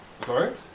Sorry